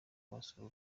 wasura